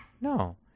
No